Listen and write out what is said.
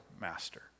master